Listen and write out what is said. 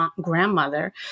grandmother